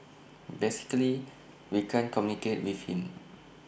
basically we can't communicate with him